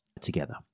together